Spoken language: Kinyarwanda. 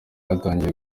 hatangiye